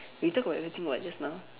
we talk about everything what just now